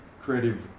creative